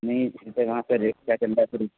نہیں جیسے وہاں پہ ریٹ کیا چل رہا ہے سر